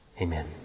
Amen